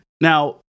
Now